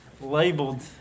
labeled